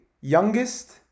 youngest